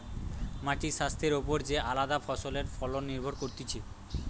মাটির স্বাস্থ্যের ওপর যে আলদা ফসলের ফলন নির্ভর করতিছে